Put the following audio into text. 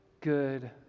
good